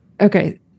Okay